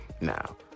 now